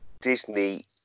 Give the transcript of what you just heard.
Disney